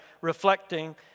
reflecting